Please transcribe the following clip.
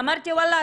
אמרתי וואלה,